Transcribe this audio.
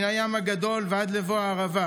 ומן הים הגדול עד לבוא הערבה,